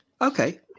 Okay